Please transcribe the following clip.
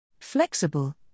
Flexible